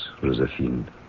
Josephine